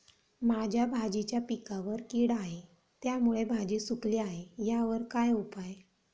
माझ्या भाजीच्या पिकावर कीड आहे त्यामुळे भाजी सुकली आहे यावर काय उपाय?